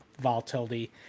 volatility